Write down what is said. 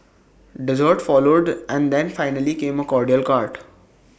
desserts followed and then finally came A cordial cart